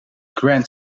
grand